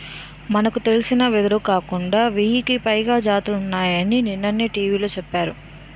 మనకు తెలిసిన వెదురే కాకుండా వెయ్యికి పైగా జాతులున్నాయని నిన్ననే టీ.వి లో చెప్పారు